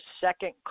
second